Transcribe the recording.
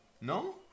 No